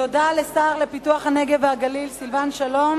תודה לשר לפיתוח הנגב והגליל סילבן שלום